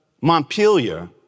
Montpelier